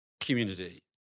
community